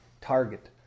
target